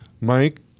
Mike